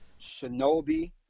Shinobi